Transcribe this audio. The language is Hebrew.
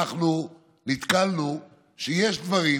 נתקלנו בזה שיש דברים